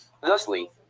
Thusly